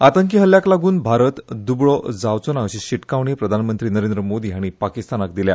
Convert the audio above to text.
आतंकी हल्ल्याक लागून भारत द्बळो जावचो ना अशी शिटकावणी प्रधानमंत्री नरेंद्र मोदी हांणी पाकिस्तानाक दिल्या